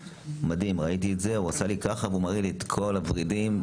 הוועדה תצא להפסקה